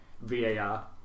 VAR